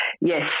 Yes